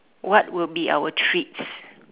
what will be our treats